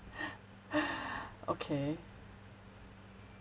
okay